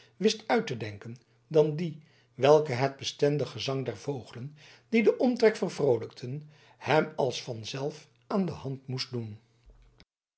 wist uit te denken dan dien welken het bestendig gezang der vogelen die den omtrek vervroolijkten hem als van zelf aan de hand moest doen